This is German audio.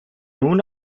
nun